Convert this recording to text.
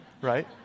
right